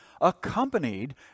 accompanied